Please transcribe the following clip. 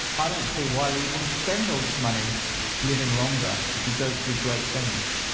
i don't see why we would want to spend all this money living longer if you don't do great things.